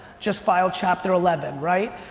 just filed chapter eleven, right?